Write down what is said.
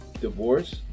divorce